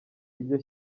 iryo